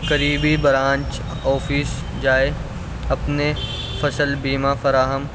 قریبی branch office جائے اپنے فصل بیمہ فراہم